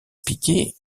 piqué